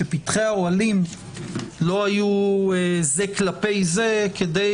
שפתחי האוהלים לא היו זה כלפי זה כדי